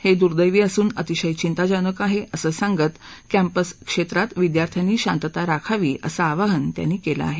हे दूर्दैवी असून अतिशय चिंताजनक आहे असं सांगत कँपस क्षेत्रात विद्यार्थ्यांनी शांतता राखावी असं आवाहनही त्यांनी केलं आहे